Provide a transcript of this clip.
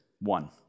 One